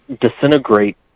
disintegrate